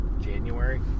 January